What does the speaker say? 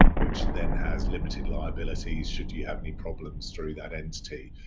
which then has limited liabilities, should you have any problems through that entity.